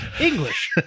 English